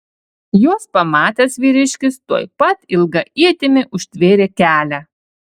juos pamatęs vyriškis tuoj pat ilga ietimi užtvėrė kelią